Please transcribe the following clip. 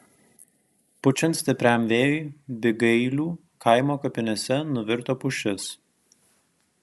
pučiant stipriam vėjui bygailių kaimo kapinėse nuvirto pušis